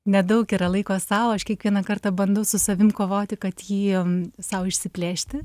nedaug yra laiko sau aš kiekvieną kartą bandau su savim kovoti kad jį sau išsiplėšti